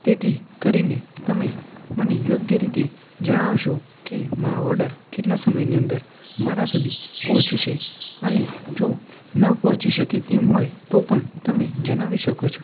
તેથી કરીને તમે મને યોગ્ય રીતે જણાવશો કે મારો ઓર્ડર કેટલા સમયની અંદર મારા સુધી પહોંચશે અને જો ન પહોંચી શકે તેમ હોય તો પણ તમે જણાવી શકો છો